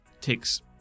Takes